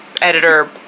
editor